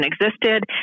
existed